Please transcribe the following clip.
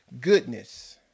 goodness